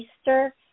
Easter